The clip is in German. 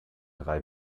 drei